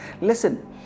Listen